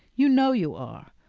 you know you are!